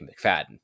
McFadden